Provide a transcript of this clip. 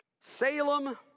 Salem